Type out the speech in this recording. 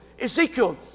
Ezekiel